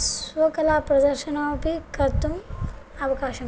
स्वकलाप्रदर्शनमपि कर्तुम् अवकाशं